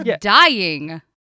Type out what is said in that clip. dying